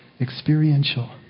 experiential